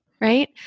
right